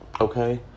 okay